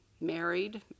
married